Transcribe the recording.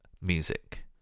music